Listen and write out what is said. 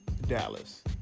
Dallas